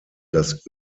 das